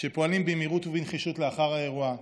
שפועלים במהירות ובנחישות לאחר האירוע,